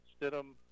Stidham